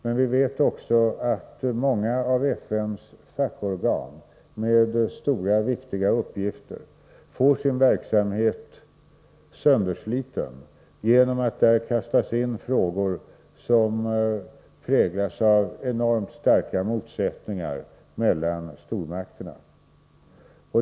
Men vi vet också att många av FN:s fackorgan med stora och viktiga uppgifter får sin verksamhet söndersliten genom att där kastas in frågor som präglas av enormt starka motsättningar mellan stormakterna.